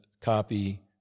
copy